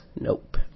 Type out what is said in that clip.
nope